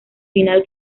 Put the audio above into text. final